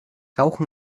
rauchen